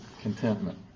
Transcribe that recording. Contentment